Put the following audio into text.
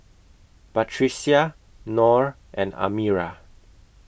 Batrisya Nor and Amirah